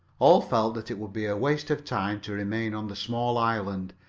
all felt that it would be a waste of time to remain on the small island,